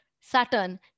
Saturn